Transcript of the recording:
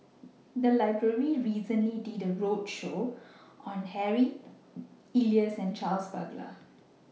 The Library recently did A roadshow on Harry Elias and Charles Paglar